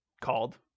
called